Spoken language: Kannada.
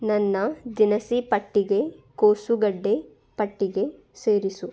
ನನ್ನ ದಿನಸಿ ಪಟ್ಟಿಗೆ ಕೋಸುಗಡ್ಡೆ ಪಟ್ಟಿಗೆ ಸೇರಿಸು